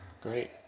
great